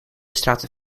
straten